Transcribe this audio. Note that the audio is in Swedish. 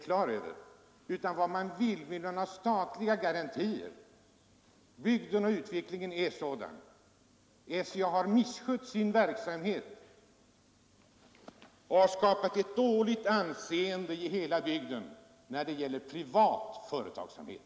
Det tror jag att också industriministern är på det klara med. Utvecklingen i bygden är sådan. SCA har misskött sin verksamhet och skapat ett dåligt anseende i hela bygden när det gäller privat företagsamhet.